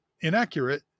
inaccurate